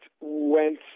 went